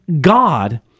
God